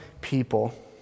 people